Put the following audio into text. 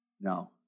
no